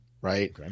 right